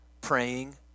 praying